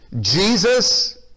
Jesus